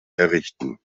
errichten